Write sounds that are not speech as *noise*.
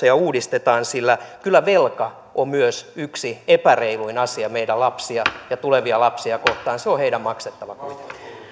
*unintelligible* ja uudistetaan sillä kyllä velka on myös yksi epäreiluin asia meidän lapsia ja tulevia lapsia kohtaan se on heidän maksettava